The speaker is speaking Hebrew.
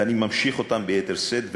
ואני ממשיך אותן ביתר שאת,